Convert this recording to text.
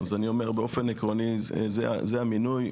אז אני אומר באופן עקרוני זה המינוי,